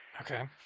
Okay